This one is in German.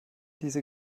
diese